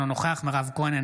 אינו נוכח מירב כהן,